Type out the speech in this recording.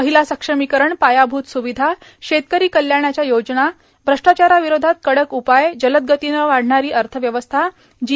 महिला सक्षमीकरणपायभूत सुविधा शेतकरी कल्याणाच्या योजना भ्रष्टाचाराविरोधात कडक उपाय जलद गतीने वाढणारी अर्थव्यवस्था जी